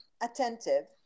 attentive